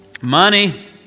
Money